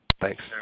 Thanks